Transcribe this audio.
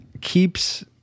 keeps